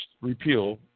repeal